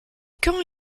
quand